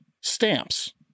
stamps